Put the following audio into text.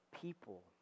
people